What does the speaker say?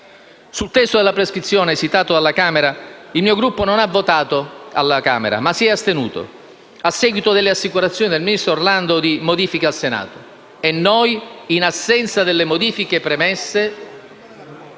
Sul testo della prescrizione esitato dalla Camera il mio Gruppo non ha votato contro ma si è astenuto, a seguito delle assicurazioni del ministro Orlando di modifiche al Senato. E noi, in assenza delle modifiche promesse, saremo coerenti